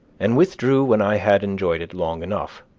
and withdrew when i had enjoyed it long enough,